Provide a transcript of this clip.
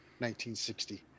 1960